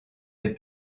des